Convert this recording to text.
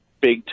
big